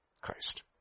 Christ